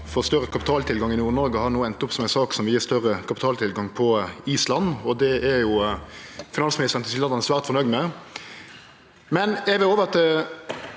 få større kapitaltilgang i Nord-Noreg, har no enda opp som ei sak som gjev større kapitaltilgang på Island, og det er finansministeren tilsynelatande svært fornøgd med.